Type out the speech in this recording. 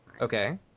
Okay